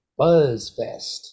Buzzfest